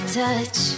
touch